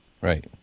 Right